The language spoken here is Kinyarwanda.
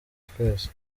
twese